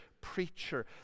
preacher